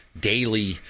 daily